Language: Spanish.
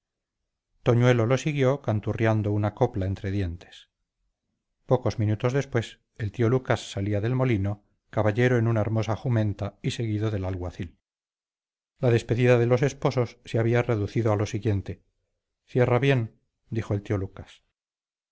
amable toñuelo lo siguió canturriando una copla entre dientes pocos minutos después el tío lucas salía del molino caballero en una hermosa jumenta y seguido del alguacil la despedida de los esposos se había reducido a lo siguiente cierra bien dijo el tío lucas